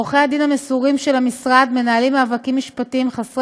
עורכי הדין המסורים של המשרד מנהלים מאבקים משפטיים חסרי